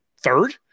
third